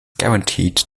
guaranteed